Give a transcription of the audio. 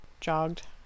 jogged